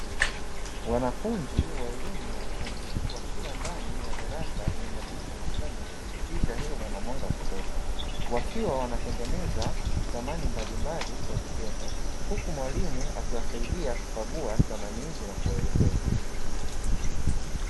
Wanafunzi wa elimu ya ufundi wakiwa ndani ya darasa lenye madirisha makubwa likipitisha hewa na mwanga wa kutosha. Wakiwa wanatengeneza thamani mbalimbali kwa vitendo, huku mwalimu akiwasaidia kukagua thamani hizi na kuwaelekeza.